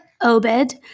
Obed